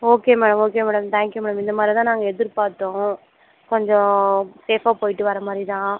okay madam okay madam thank you madam இந்த மாதிரி தான் நாங்கள் எதிர்பார்த்தோம் கொஞ்சம் சேஃபாக போய்ட்டு வர மாதிரி தான்